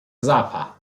zappa